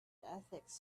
ethics